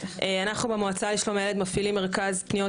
אנחנו במועצה לשלום הילד מפעילים מרכז פניות